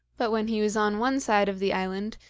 but when he was on one side of the island,